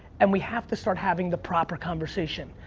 and we have to start having the proper conversation.